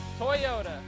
Toyota